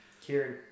Kieran